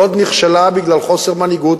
לוד נכשלה בגלל חוסר מנהיגות,